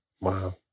Wow